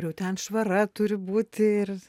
jau ten švara turi būti ir